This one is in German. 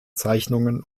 zeichnungen